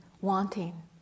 wanting